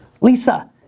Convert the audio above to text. Lisa